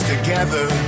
together